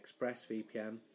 ExpressVPN